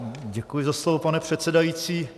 Děkuji za slovo, pane předsedající.